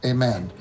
Amen